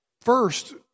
First